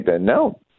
No